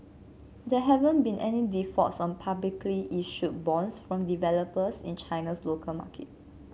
there haven't been any defaults on publicly issued bonds from developers in China's local market